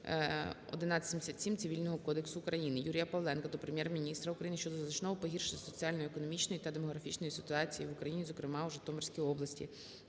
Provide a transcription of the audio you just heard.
1177 Цивільного кодексу України. Юрія Павленка до Прем'єр-міністра України щодо значного погіршення соціально-економічної та демографічної ситуації в Україні, зокрема, у Житомирській області.